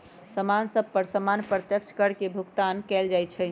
समान सभ पर सामान्य अप्रत्यक्ष कर के भुगतान कएल जाइ छइ